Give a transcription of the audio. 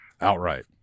outright